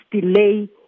delay